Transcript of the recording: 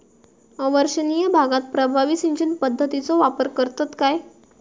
अवर्षणिय भागात प्रभावी सिंचन पद्धतीचो वापर करतत काय?